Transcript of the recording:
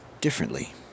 differently